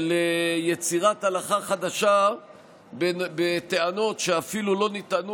של יצירת הלכה חדשה בטענות שאפילו לא נטענו